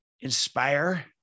inspire